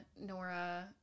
Nora